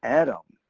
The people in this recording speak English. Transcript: adam.